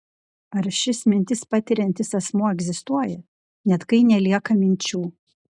ar šis mintis patiriantis asmuo egzistuoja net kai nelieka minčių